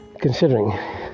considering